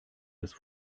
das